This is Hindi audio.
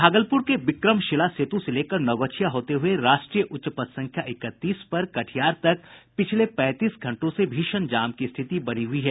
भागलपुर के विक्रमशिला सेतु से लेकर नवगछिया होते हुये राष्ट्रीय उच्च पथ संख्या इकतीस पर कटिहार तक पिछले पैंतीस घंटों से भीषण जाम की स्थिति बनी हुई है